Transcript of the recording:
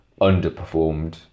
underperformed